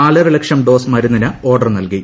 നാലരലക്ഷം dose മരുന്നിന് order നൽകി